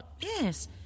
Yes